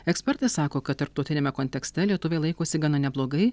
ekspertė sako kad tarptautiniame kontekste lietuviai laikosi gana neblogai